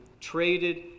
traded